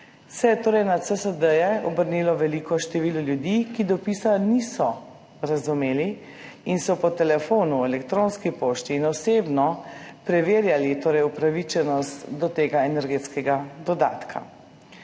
se je torej na CSD obrnilo veliko število ljudi, ki dopisa niso razumeli in so po telefonu, v elektronski pošti in osebno preverjali upravičenost do tega energetskega dodatka.